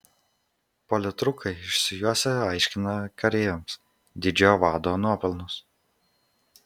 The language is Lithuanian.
politrukai išsijuosę aiškina kareiviams didžiojo vado nuopelnus